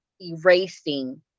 erasing